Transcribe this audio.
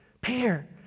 Peter